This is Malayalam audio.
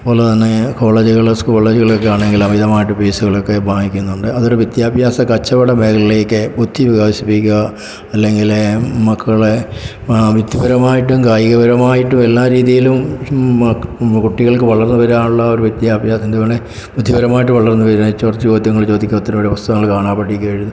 അതുപോലെത്തന്നെ കോളേജുകൾ സ്ക്കോളേജുകളൊക്കെയാണെങ്കിൽ അമിതമായിട്ട് ഫീസുകളൊക്കെ വാങ്ങിക്കുന്നുണ്ട് അതൊരു വിദ്യാഭ്യാസ കച്ചവട മേഖലയിലേക്ക് ബുദ്ധി വികസിപ്പിക്കുക അല്ലെങ്കിൽ മക്കളെ വ്യക്തിപരമായിട്ടും കായികപരമായിട്ടും എല്ലാരീതിയിലും കുട്ടികൾക്ക് വളർന്നുവരാനുള്ള ഒരു വിദ്യാഭ്യാസം എന്തുവേണേ ബുദ്ധപരായിട്ട് വളർന്നുവരുക ചോദ്യങ്ങൾ ചോദിക്കുക പുസ്തകങ്ങൾ കാണാതെ പഠിക്കുക്ക എഴുതു